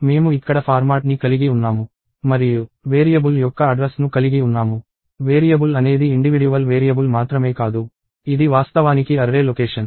మేము ఇక్కడ ఫార్మాట్ ని కలిగి ఉన్నాము మరియు వేరియబుల్ యొక్క అడ్రస్ ను కలిగి ఉన్నాము వేరియబుల్ అనేది ఇండివిడ్యువల్ వేరియబుల్ మాత్రమే కాదు ఇది వాస్తవానికి అర్రే లొకేషన్